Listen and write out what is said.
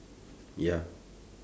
ya